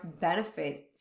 benefit